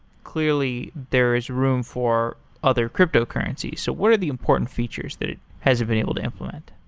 clearly, there is room for other cryptocurrencies. so what are the important features that it hasn't been able to implement?